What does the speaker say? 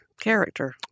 character